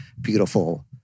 beautiful